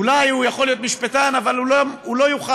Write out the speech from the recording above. אולי הוא יוכל להיות משפטן אבל הוא לא יוכל